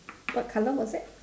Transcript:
what colour was that